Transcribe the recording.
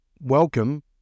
Welcome